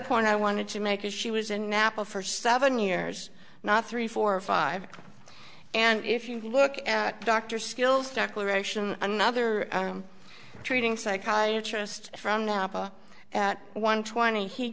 point i wanted to make is she was in napa for seven years not three four or five and if you can look at dr skills declaration another treating psychiatry just from napa one twenty he